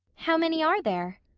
how many are there?